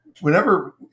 whenever